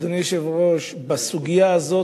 אדוני היושב-ראש,